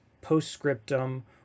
postscriptum